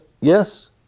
Yes